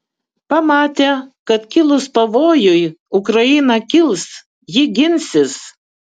pamatė kad kilus pavojui ukraina kils ji ginsis